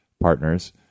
partners